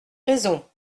raison